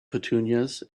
petunias